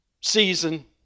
season